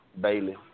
Bailey